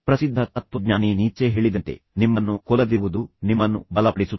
ಪ್ರಸಿದ್ಧ ತತ್ವಜ್ಞಾನಿ ನೀತ್ಸೆ ಹೇಳಿದಂತೆ ನಿಮ್ಮನ್ನು ಕೊಲ್ಲದಿರುವುದು ನಿಮ್ಮನ್ನು ಬಲಪಡಿಸುತ್ತದೆ